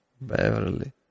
Beverly